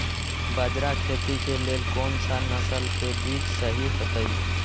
बाजरा खेती के लेल कोन सा नसल के बीज सही होतइ?